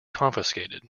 confiscated